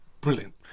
brilliant